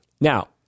now